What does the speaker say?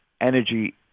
energy